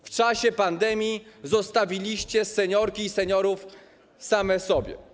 W czasie pandemii zostawiliście seniorki i seniorów samych sobie.